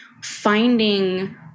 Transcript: finding